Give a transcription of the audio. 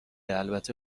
البته